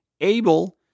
able